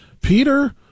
Peter